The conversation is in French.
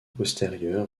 postérieurs